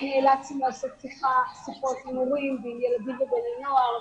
נאלצנו לעשות שיחות עם הורים וילדים ובני נוער.